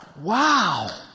Wow